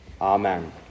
Amen